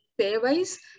pairwise